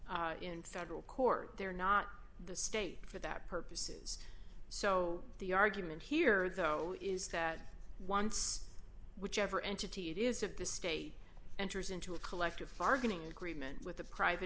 case in federal court they're not the state for that purposes so the argument here though is that once whichever entity it is of the state enters into a collective bargaining agreement with the private